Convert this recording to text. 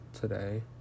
today